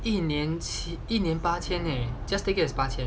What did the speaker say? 一年只一年八千 leh just take it as 八千